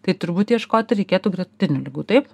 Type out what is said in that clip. tai turbūt ieškoti reikėtų gretutinių ligų taip